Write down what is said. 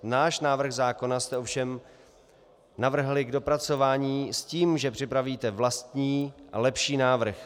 Náš návrh zákona jste ovšem navrhli k dopracování s tím, že připravíte vlastní a lepší návrh.